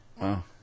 Wow